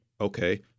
okay